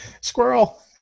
squirrel